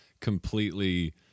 completely